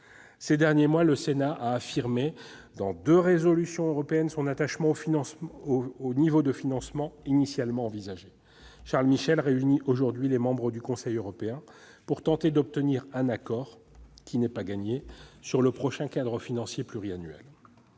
Ces derniers mois, le Sénat a affirmé, dans deux résolutions européennes, son attachement au niveau de financement initialement envisagé. Charles Michel réunit aujourd'hui les membres du Conseil européen pour tenter d'obtenir un accord- ce n'est pas gagné -sur le prochain cadre financier pluriannuel.